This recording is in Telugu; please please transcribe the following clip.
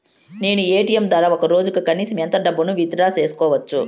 నేను ఎ.టి.ఎం ద్వారా ఒక రోజుకి కనీసం ఎంత డబ్బును విత్ డ్రా సేసుకోవచ్చు?